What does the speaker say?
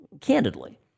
candidly